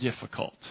difficult